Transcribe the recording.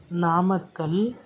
Namakkal